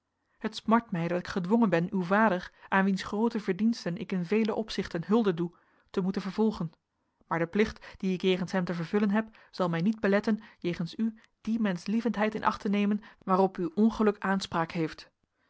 het smart mij dat ik gedwongen ben uw vader aan wiens groote verdiensten ik in vele opzichten hulde doe te moeten vervolgen maar de plicht dien ik jegens hem te vervullen heb zal mij niet beletten jegens u die menschlievendheid in acht te nemen waarop uw ongeluk aanspraak heeft